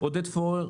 עודד פורר,